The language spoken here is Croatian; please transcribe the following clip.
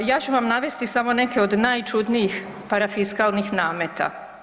Ja ću vam navesti samo neke od najčudnijih parafiskalnih nameta.